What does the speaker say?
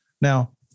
Now